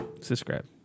Subscribe